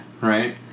Right